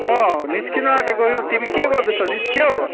अँ निस्किनु आँटेको कि तिमी के गर्दैछौ निस्कियौ